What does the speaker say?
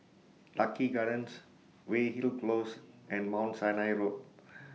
Lucky Gardens Weyhill Close and Mount Sinai Road